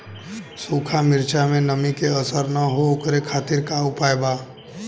सूखा मिर्चा में नमी के असर न हो ओकरे खातीर का उपाय बा?